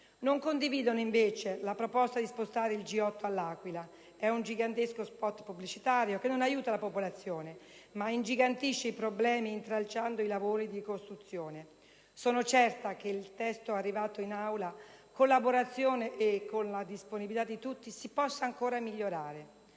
Non condividono, invece, la proposta di spostare il G8 all'Aquila: è un gigantesco spot pubblicitario, che non aiuta la popolazione, ma ingigantisce i problemi intralciando i lavori di ricostruzione. Sono certa che il testo arrivato in Aula, con la collaborazione e la disponibilità di tutti, si possa ancora migliorare.